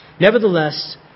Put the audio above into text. Nevertheless